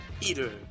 Eater